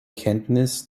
kenntnis